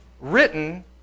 Written